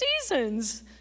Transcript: seasons